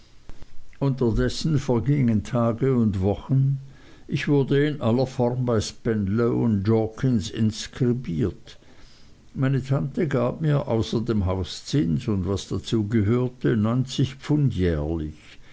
unterdessen vergingen tage und wochen ich wurde in aller form bei spenlow jorkins inskribiert meine tante gab mir außer dem hauszins und was dazu gehörte neunzig pfund jährlich